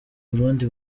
burundi